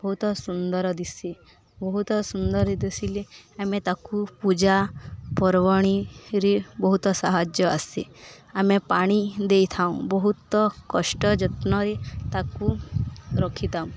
ବହୁତ ସୁନ୍ଦର ଦିଶେ ବହୁତ ସୁନ୍ଦର ଦିଶିଲେ ଆମେ ତାକୁ ପୂଜା ପର୍ବାଣିରେ ବହୁତ ସାହାଯ୍ୟ ଆସେ ଆମେ ପାଣି ଦେଇଥାଉଁ ବହୁତ କଷ୍ଟ ଯତ୍ନରେ ତାକୁ ରଖିଥାଉ